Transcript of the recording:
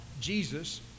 Jesus